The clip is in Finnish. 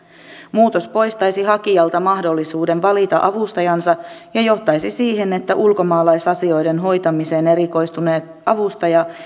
muutos poistaisi hakijalta mahdollisuuden valita avustajansa ja johtaisi siihen että ulkomaalaisasioiden hoitamiseen erikoistuneet avustajat